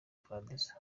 paradizo